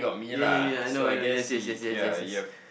ya ya ya I know I know yes yes yes yes yes yes